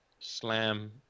slam